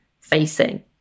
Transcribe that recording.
facing